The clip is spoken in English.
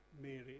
Mary